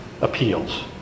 appeals